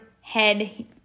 head